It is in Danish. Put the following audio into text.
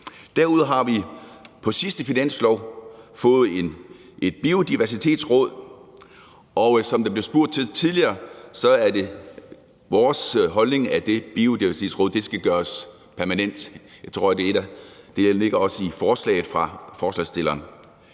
Derudover har vi på sidste finanslov fået et Biodiversitetsråd, og som der blev spurgt til tidligere, er det vores holdning, at det Biodiversitetsråd skal gøres permanent. Det ligger også i forslaget fra forslagsstilleren.